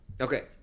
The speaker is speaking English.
Okay